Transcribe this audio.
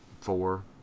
Four